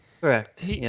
Correct